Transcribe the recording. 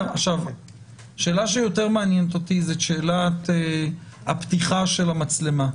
השאלה שיותר מעניינת אותי זו שאלת פתיחת המצלמה.